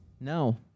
No